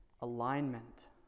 alignment